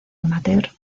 amateur